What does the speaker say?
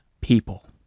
people